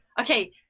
okay